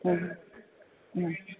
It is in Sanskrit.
हम् ह्म